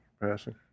passing